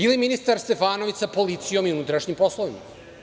Ili ministar Stefanović sa policijom i unutrašnjim poslovima?